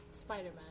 Spider-Man